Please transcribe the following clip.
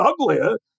uglier